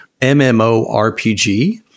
MMORPG